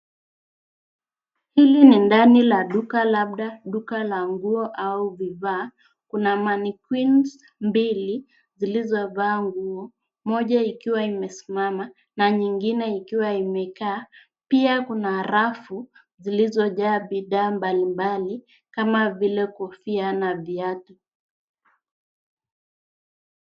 Hili ni ndani la dukaabda duka la nguo au bidhaa. Ku